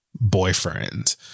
boyfriend